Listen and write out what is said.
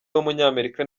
w’umunyamerika